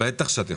בטח שאת יכולה.